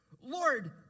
Lord